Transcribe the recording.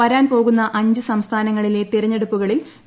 വരാൻ പോകുന്ന അഞ്ച് സംസ്ഥാനങ്ങളിലെ തെരഞ്ഞെടുപ്പുകളിൽ വി